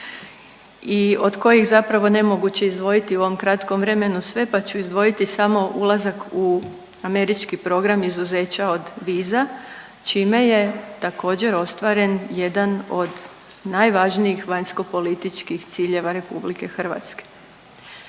i od kojih zapravo nemoguće izdvojiti u ovom kratkom vremenu sve pa ću izdvojiti samo ulazak u američki program izuzeća od viza čime je također ostvaren jedan od najvažnijih vanjskopolitičkih ciljeva RH.